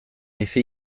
effet